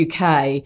UK